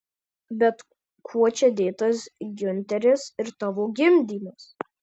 bet kuo čia dėtas giunteris ir tavo gimdymas